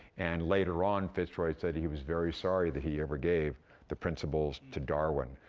and later on, fitzroy said he he was very sorry that he ever gave the principles to darwin,